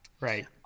right